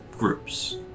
groups